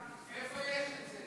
איפה יש את זה?